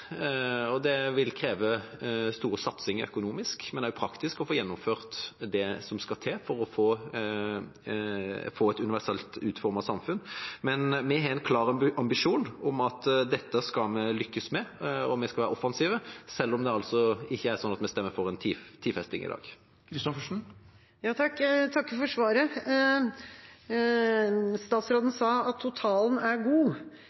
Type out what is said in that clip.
Det vil kreve store satsinger – økonomisk, men også praktisk – å få gjennomført det som skal til for å få et universelt utformet samfunn, men vi har en klar ambisjon om at det skal vi lykkes med. Vi skal være offensive, selv om vi ikke stemmer for en tidfesting i dag. Jeg takker for svaret. Statsråden sa at totalen er god.